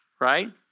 right